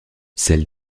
celle